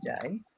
today